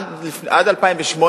עד 2008,